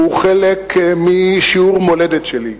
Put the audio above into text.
הוא חלק משיעור מולדת שלי,